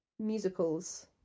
musicals